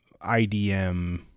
IDM